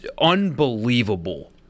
unbelievable